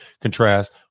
contrast